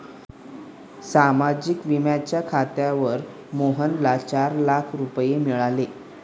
सामाजिक विम्याच्या खात्यावर मोहनला चार लाख रुपये मिळाले